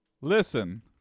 Listen